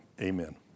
amen